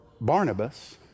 Barnabas